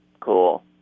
Cool